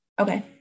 Okay